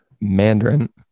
Mandarin